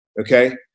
okay